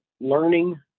learning